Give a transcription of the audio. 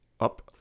up